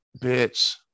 Bitch